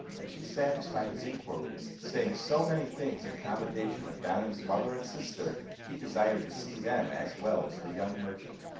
and she satisfied his inquiries, saying so many things in commendation of ganem's mother and sister, he desired to see them as well as the young merchant.